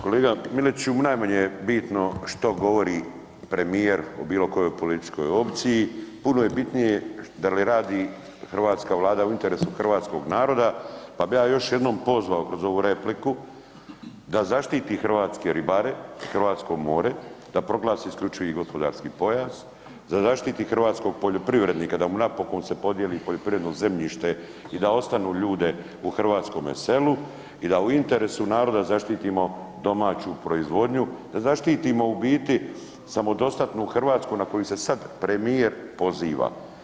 Kolega Miletiću, najmanje je bitno što govori premijer u bilokojoj političkoj opciji, puno je bitnije da li radi hrvatska Vlada u interesu hrvatskog naroda, pa bi ja još jednom pozvao kroz ovu repliku da zaštiti hrvatske ribare i hrvatsko more, da proglasi isključivi gospodarski pojas, da zaštiti hrvatskog poljoprivrednika, da mu napokon se podijeli poljoprivredno zemljište i da ostave ljude u hrvatskome selu i da je u interesu naroda da zaštitimo domaću proizvodnju, da zaštitimo u biti samodostatnu Hrvatsku na koju se sad premijer poziva.